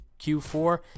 Q4